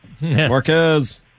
Marquez